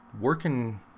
working